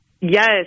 Yes